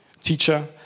Teacher